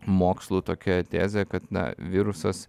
mokslu tokia tezė kad na virusas